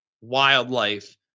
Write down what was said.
wildlife